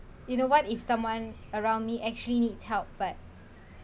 you know what if someone around me actually needs help but